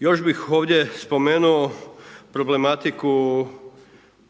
Još bih ovdje spomenuo problematiku